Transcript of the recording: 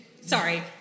Sorry